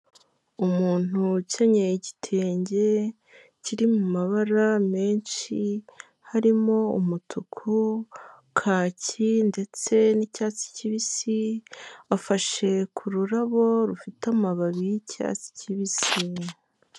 Umuntu ukennyeye igitenge kiri mu mabara menshi, harimo umutuku kaki ndetse n'icyatsi kibisi, afashe ku rurabo rufite amababi y'icyatsi kibisi.